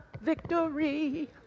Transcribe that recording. victory